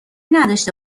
نداشته